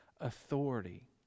authority